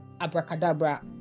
abracadabra